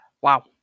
Wow